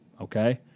okay